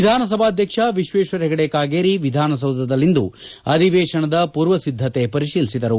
ವಿಧಾನಸಭಾಧ್ಯಕ್ಷ ವಿಶ್ವೇಶ್ವರ ಹೆಗಡೆ ಕಾಗೇರಿ ವಿಧಾನಸೌಧದಲ್ಲಿಂದು ಅಧಿವೇಶನದ ಪೂರ್ವ ಸಿದ್ದತೆ ಪರಿತೀಲಿಸಿದರು